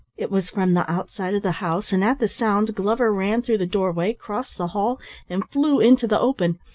it was from the outside of the house, and at the sound glover ran through the doorway, crossed the hall and flew into the open.